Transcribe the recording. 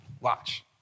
watch